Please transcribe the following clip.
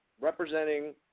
representing